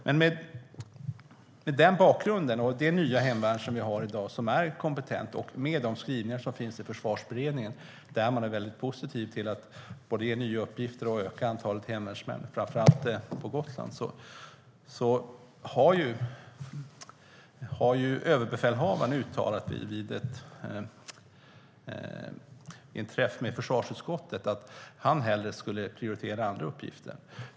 Mot den bakgrunden och med det nya, kompetenta hemvärn som vi har i dag, tillsammans med de skrivningar som finns i Försvarsberedningen där man är väldigt positiv till att både ge nya uppgifter och öka antalet hemvärnsmän, framför allt på Gotland, har överbefälhavaren ändå uttalat vid en träff med försvarsutskottet att han hellre skulle prioritera andra uppgifter.